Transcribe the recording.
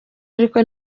ariko